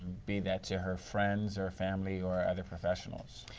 be that to her friends or family or other professionals.